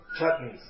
chutneys